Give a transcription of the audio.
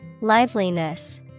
Liveliness